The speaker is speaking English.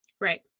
Right